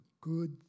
good